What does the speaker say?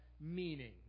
meaning